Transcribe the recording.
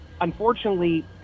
unfortunately